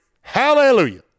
Hallelujah